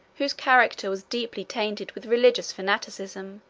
whose character was deeply tainted with religious fanaticism,